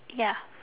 ya